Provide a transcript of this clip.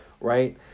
right